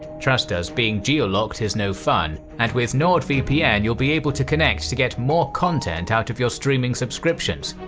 trust us, being geo-locked is no fun, and with nordvpn you will be able to connect to get more content out of your streaming subscriptions.